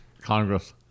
Congress